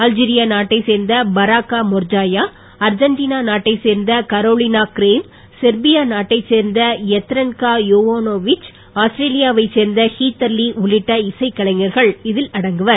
Algeria நாட்டை சேர்ந்த Baraka Merzaia Argentina நாட்டை சேர்ந்த கரோலினா க்ரேம் செர்பியா நாட்டை சேர்ந்த யத்ரன்கா யோவானோவிச் ஆஸ்திரேலியாவை சேர்ந்த ஹீத்தர் கலைஞர்கள் இதில் அடங்குவர்